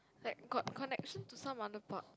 like got connection to some other park